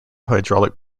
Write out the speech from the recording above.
hydraulic